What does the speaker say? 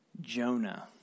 Jonah